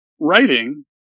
writing